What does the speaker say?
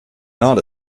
not